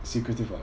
secretive [what]